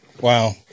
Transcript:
Wow